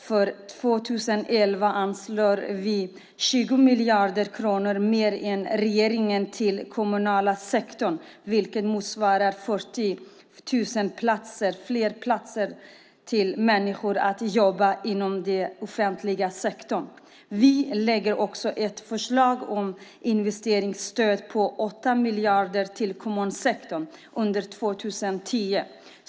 För 2011 anslår vi 20 miljarder kronor mer än regeringen till den kommunala sektorn, vilket motsvarar 40 000 fler platser inom den offentliga sektorn. Vi lägger också fram ett förslag om ett investeringsstöd på 8 miljarder till kommunsektorn under 2010.